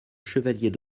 chevalier